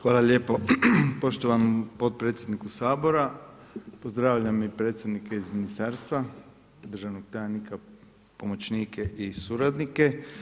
Hvala lijepo poštovanom potpredsjedniku Sabora, pozdravljam i predsjednike iz ministarstva, državnog tajnika, pomoćnike i suradnike.